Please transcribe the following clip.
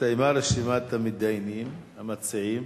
הסתיימה רשימת המתדיינים, המציעים.